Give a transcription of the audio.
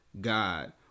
God